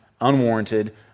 unwarranted